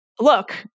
Look